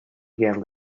again